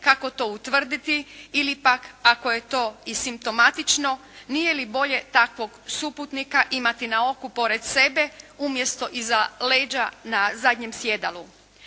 kako to utvrditi ili pak ako je to i simptomatično nije li bolje takvog suputnika imati na oku pored sebe umjesto iza leđa na zadnjem sjedalu?